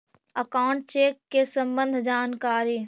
Account check के सम्बन्ध जानकारी?